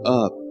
up